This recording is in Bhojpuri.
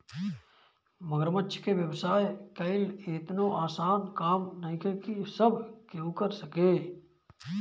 मगरमच्छ के व्यवसाय कईल एतनो आसान काम नइखे की सब केहू कर सके